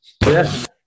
yes